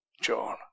John